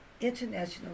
International